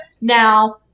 now